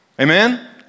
Amen